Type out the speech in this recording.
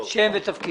בבקשה.